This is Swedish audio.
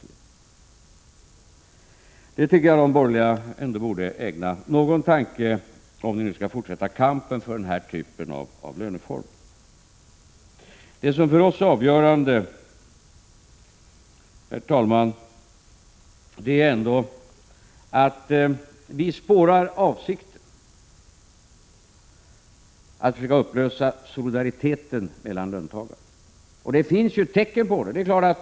Det tycker 41 jag att de borgerliga ändå borde ägna någon tanke, om ni nu skall fortsätta kampen för den här löneformen. Det som för oss är avgörande, herr talman, är att vi spårar avsikten — att försöka upplösa solidariteten mellan löntagarna. Och det finns ju tecken på detta.